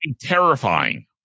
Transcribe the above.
terrifying